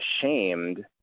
ashamed